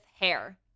hair